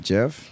Jeff